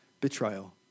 Betrayal